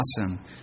awesome